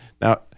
Now